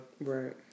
Right